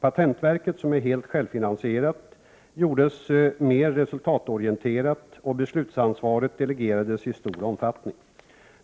Patentverket, som är helt självfinansierat, gjordes mer resultatorienterat och beslutsansvaret delegerades i stor omfattning.